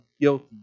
guilty